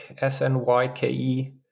S-N-Y-K-E